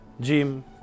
gym